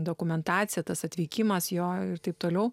dokumentacija tas atvykimas jo ir taip toliau